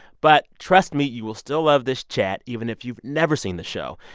but trust me, you will still love this chat even if you've never seen the show.